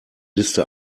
liste